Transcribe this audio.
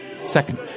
second